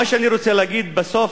מה שאני רוצה להגיד בסוף,